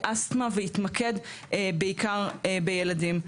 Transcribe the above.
באסתמה ויתמקד בעיקר בילדים.